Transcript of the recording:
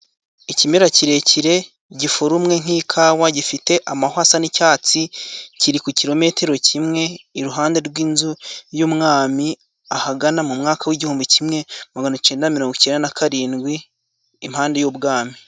Ikimera kirekire gifurumwe nk'ikawa gifite amahwa asa n'icyatsi kiri ku kilometero kimwe iruhande rw'inzu y'umwami ahagana mu mwaka w'igihumbi kimwe magana icyenda mirongo cyenda na karindwi impande y'ubwami.